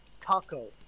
Taco